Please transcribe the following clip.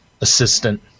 assistant